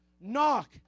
Knock